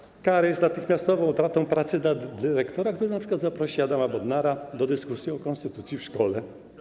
Przykłady: kary z natychmiastową utratą pracy dla dyrektora, który np. zaprosi Adama Bodnara do dyskusji o konstytucji w szkole.